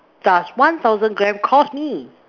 does one thousand grams cost me